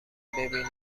ببینین